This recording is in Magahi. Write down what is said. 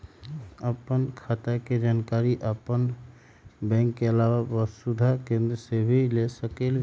आपन खाता के जानकारी आपन बैंक के आलावा वसुधा केन्द्र से भी ले सकेलु?